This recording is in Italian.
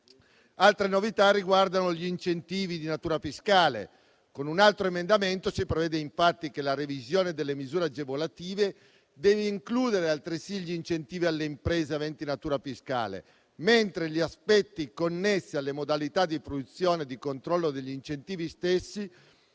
Altre novità riguardano gli incentivi di natura fiscale. Con un altro emendamento si prevede infatti che la revisione delle misure agevolative deve includere altresì gli incentivi alle imprese aventi natura fiscale, mentre gli aspetti connessi alle modalità di fruizione e di controllo degli incentivi stessi